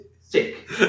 Sick